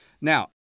Now